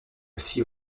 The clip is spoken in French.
aussi